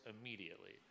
immediately